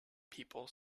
people